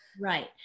right